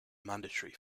mandatory